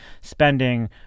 spending